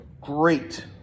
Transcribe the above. great